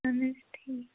اَہَن حظ ٹھیٖک